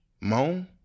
Moan